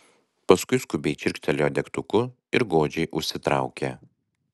paskui skubiai čirkštelėjo degtuku ir godžiai užsitraukė